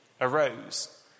arose